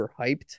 overhyped